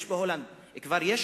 כבר יש בהולנד חוק,